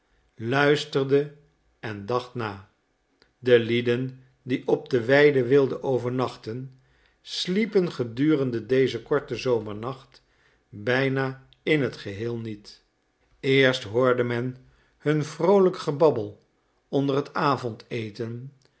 luisterde en dacht na de lieden die op de weide wilden overnachten sliepen gedurende dezen korten zomernacht bijna in het geheel niet eerst hoorde men hun vroolijk gebabbel onder het avondeten